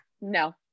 no